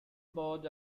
board